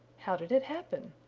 how did it happen?